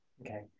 Okay